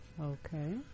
okay